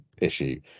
issue